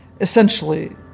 essentially